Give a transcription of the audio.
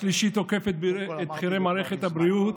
השלישי תוקף את בכירי מערכת הבריאות